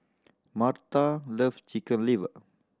Myrta love Chicken Liver